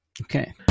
Okay